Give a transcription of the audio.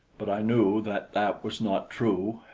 but i knew that that was not true,